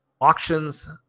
auctions